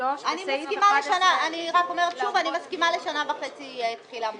אני אומרת שוב שאני מסכימה לשנה וחצי תחילה מוקדמת.